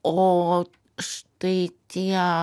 o štai tie